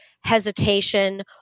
hesitation